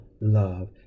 love